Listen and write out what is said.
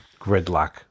gridlock